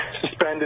suspended